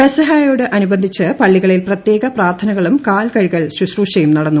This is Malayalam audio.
പെസഹായോട് അനുബന്ധിച്ച് പള്ളികളിൽ പ്രത്യേക പ്രാർത്ഥനകളും കാലുകഴുകൽ ശുശ്രൂഷയും നടന്നു